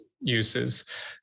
uses